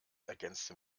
ergänzte